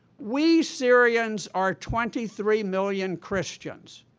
we syrians are twenty three million christians.